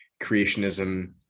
creationism